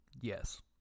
Yes